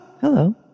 hello